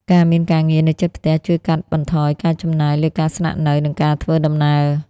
ការមានការងារនៅជិតផ្ទះជួយកាត់បន្ថយការចំណាយលើការស្នាក់នៅ និងការធ្វើដំណើរ។